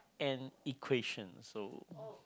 and equation so